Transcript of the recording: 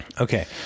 Okay